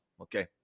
okay